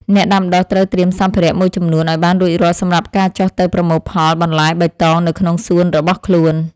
អ្នកដាំដុះត្រូវត្រៀមសម្ភារៈមួយចំនួនឱ្យបានរួចរាល់សម្រាប់ការចុះទៅប្រមូលផលបន្លែបៃតងនៅក្នុងសួនរបស់ខ្លួន។